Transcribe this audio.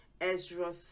Ezra